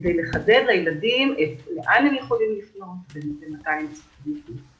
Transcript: כדי לחדד לילדים לאן הם יכולים לפנות ומתי הם צריכים לפנות.